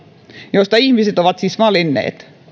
joista ihmiset ovat siis valinneet